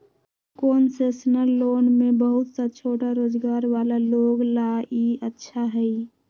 concessional loan में बहुत सा छोटा रोजगार वाला लोग ला ई अच्छा हई